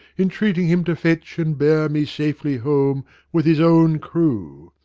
entreating him to fetch and bear me safely home with his own crew.